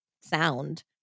sound